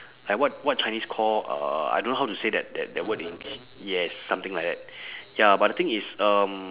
like what what chinese call uh I don't know how to say that that that word in yes something like that ya but the thing is um